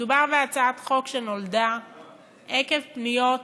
מדובר בהצעת חוק שנולדה עקב פניות